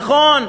נכון,